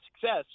success